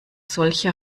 solche